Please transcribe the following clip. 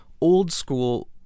old-school